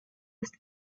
ist